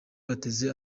bateze